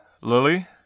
Lily